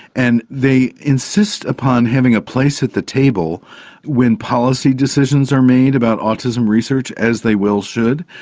and they insist upon having a place at the table when policy decisions are made about autism research, as they well should.